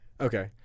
Okay